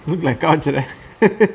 look like couch leh